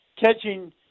catching